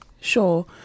Sure